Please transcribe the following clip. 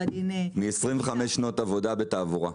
הדין --- מ-25 שנות עבודה בתעבורה.